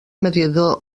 mediador